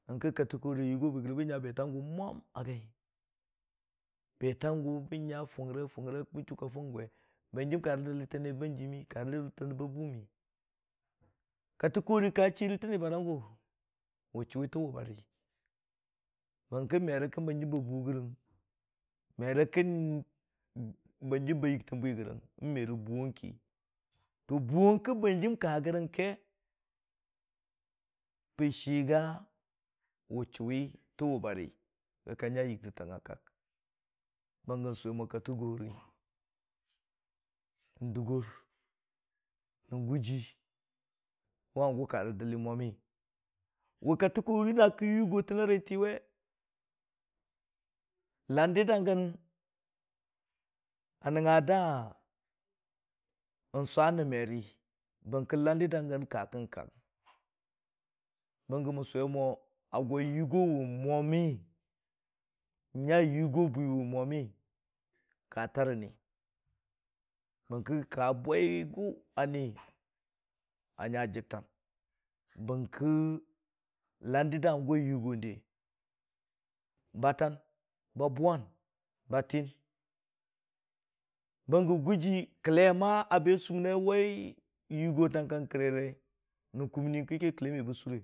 Bətanggʊ bən nya fʊng rə-fʊngəri bən nya ka fʊng gwe, banjim karə dəllitəta neebə banjiim, ba bʊʊwʊm, kattəkori ka chiirə tən niibarangu, wʊ chʊwe tən wʊ bare bəngkə. Merə kən hangim ba bʊʊ rəng, merə kən hanjiin ba yɨgtən bwi gərəng nime rə bʊʊng ki, bʊʊng kə hanjim ka gərəng ke bə diiga wʊchʊwi tən wʊ bare, kə ka nya yɨgtɨttang a kak bəngə sʊwe mo kattəkori n'dʊggor nən gʊjii, wʊ hangʊ karə dəlli mwami, wʊ kattə kori na kə yiigottən na riitii we landir da gən a nəngnga da, sʊ rə merii, bəng ke landir da gən a madang sʊ nən merii, bəngə mən sʊwe mo gwa yiigo wʊ mwami, nya yiigo bwiwe mwami ka tarə nii, bəngkə ka bwiigʊ a nii a nya jəg tang, bəngki landir də hangʊ a yʊgonde ba tən, ba bʊʊ wan, ba tɨɨn, bəngi gʊjii kəlle a be sʊmənna wai yʊgotang kang kərere rə kumnieəna kəki kəlle me bə sʊre.